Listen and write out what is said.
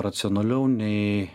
racionaliau nei